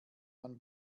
man